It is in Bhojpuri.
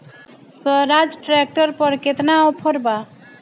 स्वराज ट्रैक्टर पर केतना ऑफर बा?